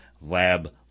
lab